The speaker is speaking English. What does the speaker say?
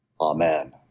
Amen